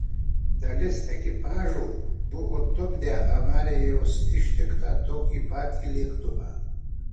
dalis ekipažo buvo tupdę avarijos ištiktą tokį patį lėktuvą